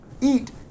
eat